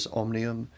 omnium